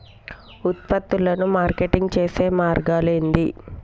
ఉత్పత్తులను మార్కెటింగ్ చేసే మార్గాలు ఏంది?